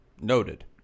Noted